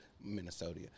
minnesota